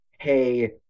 hey